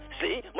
see